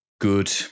good